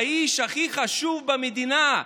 האיש הכי חשוב במדינה,